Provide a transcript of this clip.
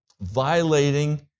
violating